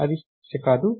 అది సమస్య కాదు